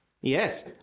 Yes